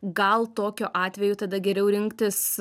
gal tokiu atveju tada geriau rinktis